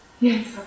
Yes